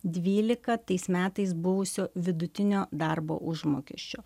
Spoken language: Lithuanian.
dvylika tais metais buvusio vidutinio darbo užmokesčio